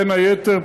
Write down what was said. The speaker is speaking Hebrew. בין היתר,